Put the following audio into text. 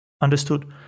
Understood